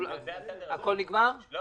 יש